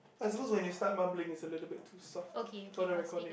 am suppose when you start mumbling it's a little bit too soft to for the recordings